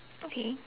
okay